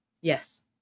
Yes